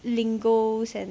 lingos and